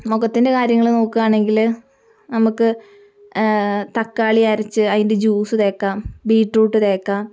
മുഖത്തിൻ്റെ കാര്യങ്ങൾ നോക്കുകയാണെങ്കിൽ നമുക്ക് തക്കാളി അരച്ച് അതിൻ്റെ ജ്യൂസ് തേക്കാം ബീറ്റ്റൂട്ട് തേക്കാം